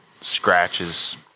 scratches